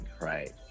Right